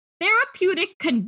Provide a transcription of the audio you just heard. therapeutic